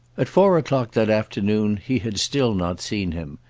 at four o'clock that afternoon he had still not seen him,